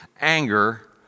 anger